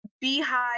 beehive